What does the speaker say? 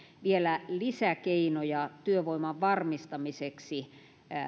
vielä lisäkeinoja työvoiman varmistamiseksi